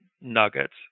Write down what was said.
nuggets